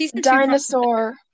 Dinosaur